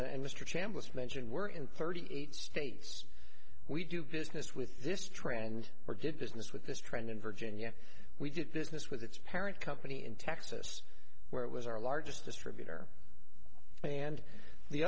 and mr chambliss mentioned we're in thirty eight states we do business with this trend or did business with this trend in virginia we did business with its parent company in texas where it was our largest distributor and the